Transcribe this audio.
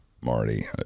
Marty